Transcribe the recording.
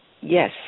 yes